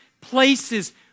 places